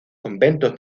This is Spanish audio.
conventos